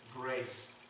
Grace